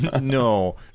No